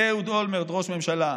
אהוד אולמרט, ראש ממשלה,